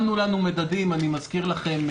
שמנו לנו מדדים, אני מזכיר לכם,